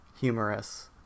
humorous